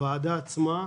לוועדה העצמה,